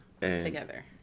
together